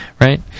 Right